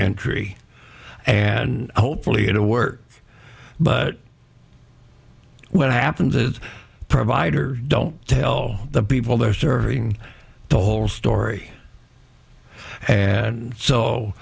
entry and hopefully it will work but when it happens the providers don't tell the people they're serving the whole story and so